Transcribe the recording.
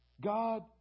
God